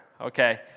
okay